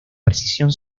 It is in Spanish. precisión